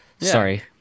sorry